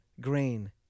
Grain